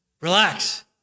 Relax